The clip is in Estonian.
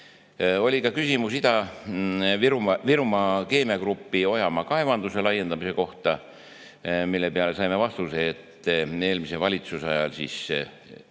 ka küsimus [Viru] Keemia Grupi Ojamaa kaevanduse laiendamise kohta, mille peale saime vastuse, et eelmise valitsuse ajal –